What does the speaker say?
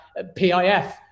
PIF